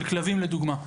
של כלבים לדוגמה.